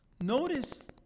Notice